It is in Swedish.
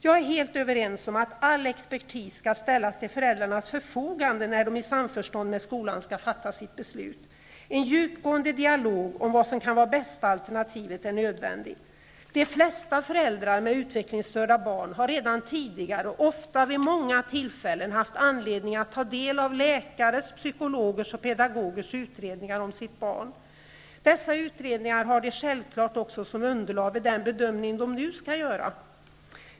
Jag instämmer helt i att all expertis skall ställas till föräldrarnas förfogande, när de i samförstånd med skolan skall fatta sitt beslut. En djupgående dialog om vad som kan vara det bästa alternativet är nödvändig. De flesta föräldrar med utvecklingsstörda barn har redan tidigare, ofta vid många tillfällen, haft anledning att ta del av läkares, psykologers och pedagogers utredningar om sitt barn. Dessa utredningar har de självfallet också som underlag vid den bedömning de nu skall göra.